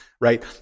right